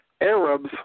Arabs